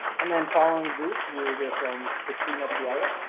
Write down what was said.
and then, following bruce, we'll hear from katrina pielli,